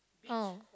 oh